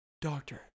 Doctor